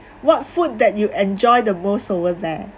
what food that you enjoy the most over there